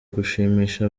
gushimisha